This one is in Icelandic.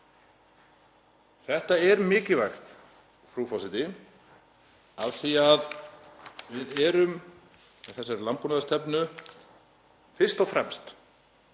Þetta er mikilvægt, frú forseti, af því að við erum með þessari landbúnaðarstefnu fyrst og fremst